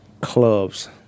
clubs